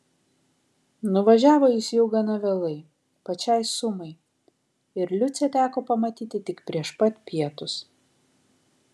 nuvažiavo jis jau gana vėlai pačiai sumai ir liucę teko pamatyti tik prieš pat pietus